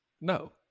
No